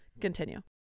continue